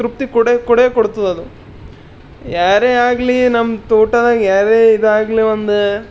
ತೃಪ್ತಿ ಕೊಡೆ ಕೊಡೆ ಕೊಡ್ತದದು ಯಾರೇ ಆಗಲಿ ನಮ್ಮ ತೋಟದಾಗ ಯಾರೇ ಇದಾಗಲಿ ಒಂದು